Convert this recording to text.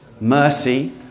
mercy